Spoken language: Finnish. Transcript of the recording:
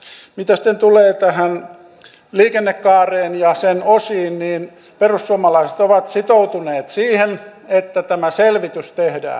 mitä sitten tulee tähän liikennekaareen ja sen osiin niin perussuomalaiset ovat sitoutuneet siihen että tämä selvitys tehdään